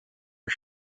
are